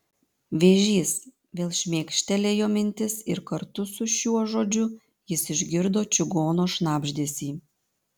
vėžys vėl šmėkštelėjo mintis ir kartu su šiuo žodžiu jis išgirdo čigono šnabždesį